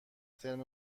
ترم